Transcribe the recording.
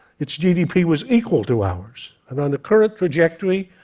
its gdp was equal to ours. and on the current trajectory,